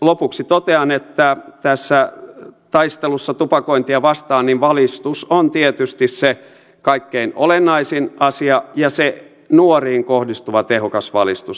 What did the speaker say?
lopuksi totean että tässä taistelussa tupakointia vastaan valistus on tietysti se kaikkein olennaisin asia ja se nuoriin kohdistuva tehokas valistus